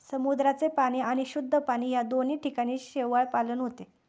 समुद्राचे पाणी आणि शुद्ध पाणी या दोन्ही ठिकाणी शेवाळपालन होते